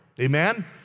amen